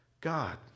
God